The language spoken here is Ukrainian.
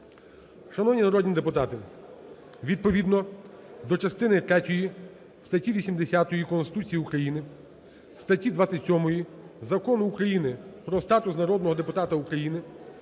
Шановні народні депутати, відповідно до частини третьої статті 80 Конституції України, статті 27 Закону України "Про статус народного депутата України"